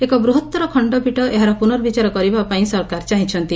ଏକ ବୃହତ୍ତର ଖଣ୍ଡପୀଠ ଏହାର ପୁନର୍ବିଚାର କରିବାପାଇଁ ସରକାର ଚାହିଁଛନ୍ତି